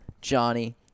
Johnny